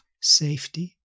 safety